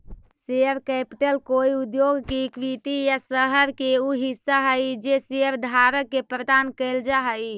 share capital कोई उद्योग के इक्विटी या शहर के उ हिस्सा हई जे शेयरधारक के प्रदान कैल जा हई